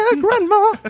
Grandma